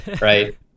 right